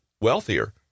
wealthier